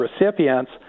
recipients